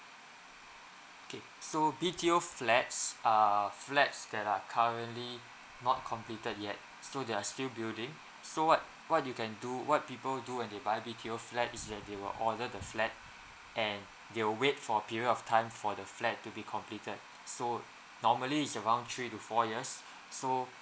okay so B_T_O flats are flats that are currently not completed yet so they are still building so what what you can do what people do when they buy B_T_O flat is that they will order the flat and they'll wait for a period of time for the flat to be completed so normally it's around three to four years so